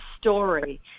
story